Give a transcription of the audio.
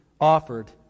offered